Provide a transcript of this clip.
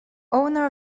owner